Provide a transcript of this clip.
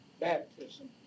baptism